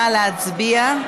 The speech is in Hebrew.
נא להצביע.